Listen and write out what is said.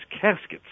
caskets